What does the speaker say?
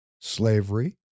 Slavery